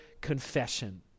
confession